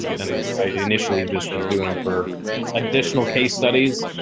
and i initially just was doing them for additional case studies.